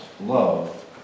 love